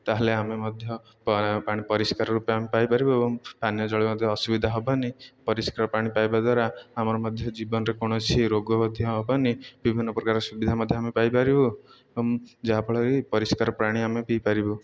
ତା'ହେଲେ ଆମେ ମଧ୍ୟ ପାଣି ପରିଷ୍କାର ରୂପେ ଆମେ ପାଇପାରିବୁ ଏବଂ ପାନୀୟ ଜଳ ମଧ୍ୟ ଅସୁବିଧା ହେବନି ପରିଷ୍କାର ପାଣି ପାଇବା ଦ୍ୱାରା ଆମର ମଧ୍ୟ ଜୀବନରେ କୌଣସି ରୋଗ ମଧ୍ୟ ହେବନି ବିଭିନ୍ନ ପ୍ରକାର ସୁବିଧା ମଧ୍ୟ ଆମେ ପାଇପାରିବୁ ଯାହାଫଳରେ ପରିଷ୍କାର ପ୍ରାଣୀ ଆମେ ପିଇପାରିବୁ